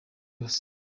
yose